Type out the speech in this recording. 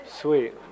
Sweet